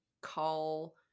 call